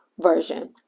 version